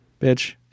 Bitch